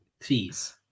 Please